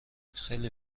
خیلی